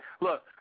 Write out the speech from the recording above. look